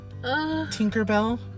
Tinkerbell